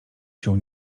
się